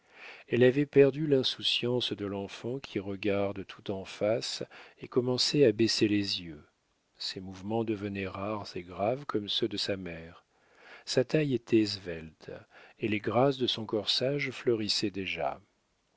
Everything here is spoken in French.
elle avait perdu l'insouciance de l'enfant qui regarde tout en face et commençait à baisser les yeux ses mouvements devenaient rares et graves comme ceux de sa mère sa taille était svelte et les grâces de son corsage fleurissaient déjà